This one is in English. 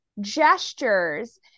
gestures